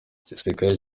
igisirikare